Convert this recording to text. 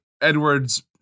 Edward's